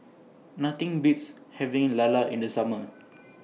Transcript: Nothing Beats having Lala in The Summer